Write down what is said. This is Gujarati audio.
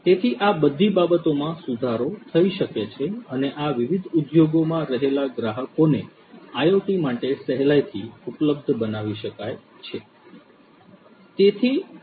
તેથી આ બધી બાબતોમાં સુધારો થઈ શકે છે અને આ વિવિધ ઉદ્યોગોમાં રહેલા ગ્રાહકોને IoT માટે સહેલાઇથી ઉપલબ્ધ બનાવી શકાય છે